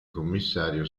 commissario